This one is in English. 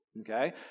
okay